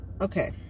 Okay